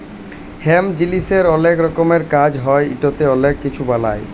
hemp জিলিসের অলেক রকমের কাজ হ্যয় ইটতে অলেক কিছু বালাই